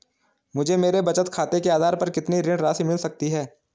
मुझे मेरे बचत खाते के आधार पर कितनी ऋण राशि मिल सकती है?